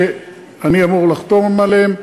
שאני אמור לחתום עליהן,